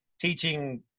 teaching –